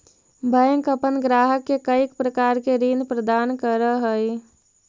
bank अपन ग्राहक के कईक प्रकार के ऋण प्रदान करऽ हइ